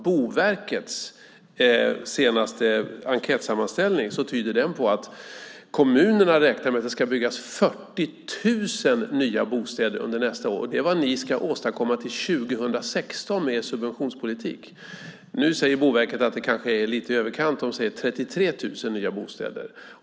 Boverkets senaste enkätsammanställning tyder på att kommunerna räknar med att det ska byggas 40 000 nya bostäder under nästa år. Det är vad ni, Börje Vestlund, ska åstadkomma till 2016 med er subventionspolitik. Nu menar Boverket att det kanske är lite i överkant; de säger 33 000 nya bostäder.